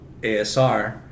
ASR